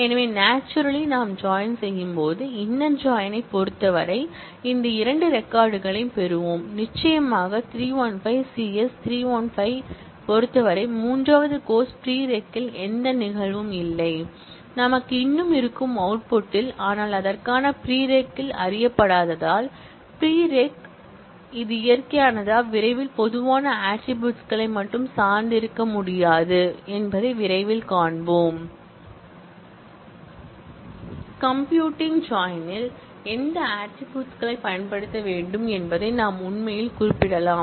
எனவே நாச்சுரலி நாம் ஜாயின் செய்யும்போது இன்னர் ஜாயின் ஐப் பொறுத்தவரை இந்த இரண்டு ரெக்கார்ட் களையும் பெறுவோம் நிச்சயமாக 315 CS 315 ஐப் பொறுத்தவரை மூன்றாவது கோர்ஸ் ப்ரிரெக் ல் எந்த நிகழ்வும் இல்லை நமக்கு இன்னும் இருக்கும் அவுட்புட்டில் ஆனால் அதற்கான ப்ரிரெக் அறியப்படாததால் ப்ரிரெக் preஷன் கள் இது இயற்கையானதா விரைவில் பொதுவான ஆட்ரிபூட்ஸ் களை மட்டுமே சார்ந்து இருக்க முடியாது என்பதை விரைவில் காண்போம் கம்பியூட்டிங் ஜாயிண்ட்டில் ல் எந்த ஆட்ரிபூட்ஸ் களை பயன்படுத்த வேண்டும் என்பதை நாம் உண்மையில் குறிப்பிடலாம்